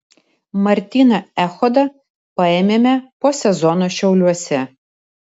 martyną echodą paėmėme po sezono šiauliuose